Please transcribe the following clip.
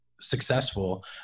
successful